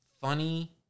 funny